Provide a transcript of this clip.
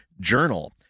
journal